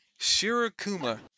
Shirakuma